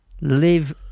live